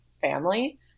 family